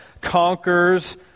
conquers